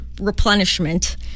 replenishment